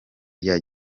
rya